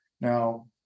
Now